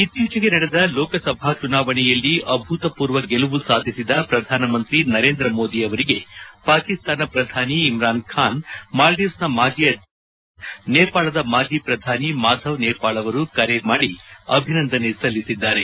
ಇತ್ತೀಚೆಗೆ ನಡೆದ ಲೋಕಸಭಾ ಚುನಾವಣೆಯಲ್ಲಿ ಅಭೂತಪೂರ್ವ ಗೆಲುವು ಸಾಧಿಸಿದ ಪ್ರಧಾನಮಂತ್ರಿ ನರೇಂದ್ರ ಮೋದಿ ಅವರಿಗೆ ಪಾಕಿಸ್ತಾನ ಪ್ರಧಾನಿ ಇಮ್ರಾನ್ಖಾನ್ ಮಾಲ್ಡೀವ್ನ ಮಾಜಿ ಅಧ್ಯಕ್ಷ ಮೊಹಮ್ದದ್ ನಶೀದ್ ನೇಪಾಳದ ಮಾಜಿ ಪ್ರಧಾನಿ ಮಾಧವ್ ನೇಪಾಳ್ ಅವರು ಕರೆ ಮಾಡಿ ಅಭಿನಂದನೆ ಸಲ್ಲಿಸಿದ್ದಾರೆ